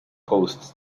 posts